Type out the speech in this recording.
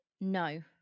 No